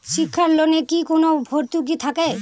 শিক্ষার লোনে কি কোনো ভরতুকি থাকে?